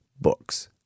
books